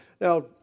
Now